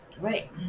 Right